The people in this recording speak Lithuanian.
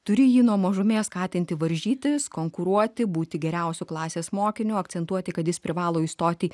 turi jį nuo mažumės skatinti varžytis konkuruoti būti geriausiu klasės mokiniu akcentuoti kad jis privalo įstoti